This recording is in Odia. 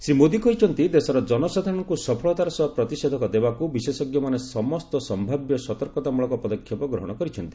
ଶ୍ରୀ ମୋଦୀ କହିଛନ୍ତି ଦେଶର ଜନସାଧାରଣଙ୍କୁ ସଫଳତାର ସହ ପ୍ରତିଷେଧକ ଦେବାକୁ ବିଶେଷଜ୍ଞମାନେ ସମସ୍ତ ସମ୍ଭାବ୍ୟ ସତର୍କତା ମୂଳକ ପଦକ୍ଷେପ ଗ୍ରହଣ କରିଛନ୍ତି